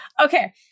Okay